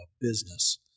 business